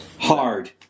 Hard